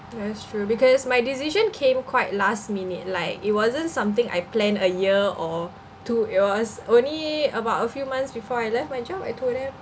that's true because my decision came quite last minute like it wasn't something I plan a year or two it was only about a few months before I left my job I told them